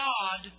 God